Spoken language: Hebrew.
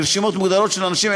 לרשימות מוגדרות של אנשים,